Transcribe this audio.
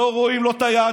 לא רואים, לא את היהדות,